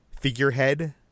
figurehead